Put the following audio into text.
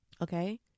Okay